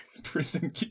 Prison